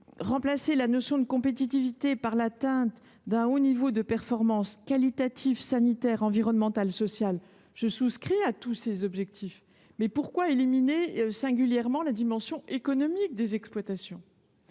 remplacer la notion de compétitivité par l’objectif d’un haut niveau de performance qualitative, sanitaire, environnementale et sociale. Je partage tous ces objectifs. Pour autant, pourquoi éliminer, singulièrement, la dimension économique des exploitations ?